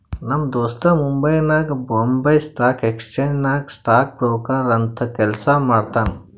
ನಮ್ ದೋಸ್ತ ಮುಂಬೈನಾಗ್ ಬೊಂಬೈ ಸ್ಟಾಕ್ ಎಕ್ಸ್ಚೇಂಜ್ ನಾಗ್ ಸ್ಟಾಕ್ ಬ್ರೋಕರ್ ಅಂತ್ ಕೆಲ್ಸಾ ಮಾಡ್ತಾನ್